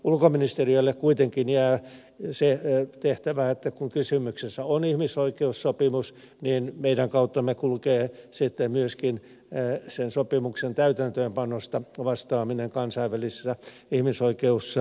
ulkoministeriölle kuitenkin jää se tehtävä että kun kysymyksessä on ihmisoikeussopimus niin meidän kauttamme kulkee sitten myöskin sen sopimuksen täytäntöönpanosta vastaaminen kansainvälisissä ihmisoikeuselimissä